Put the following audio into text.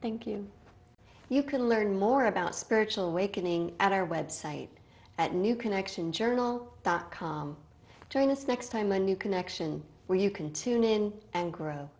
thank you you can learn more about spiritual awakening at our website at new connection journal dot com join us next time a new connection where you can tune in and grow